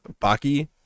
Baki